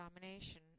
domination